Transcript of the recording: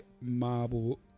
marble